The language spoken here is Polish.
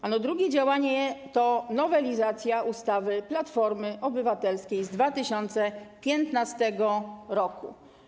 Ano drugie działanie to nowelizacja ustawy Platformy Obywatelskiej z 2015 r.